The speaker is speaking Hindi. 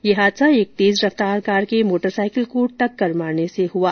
यह हादसा एक तेज रफ्तार कार के मोटरसाइकिल को टक्कर मारने से हुआ